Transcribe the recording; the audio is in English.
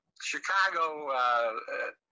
Chicago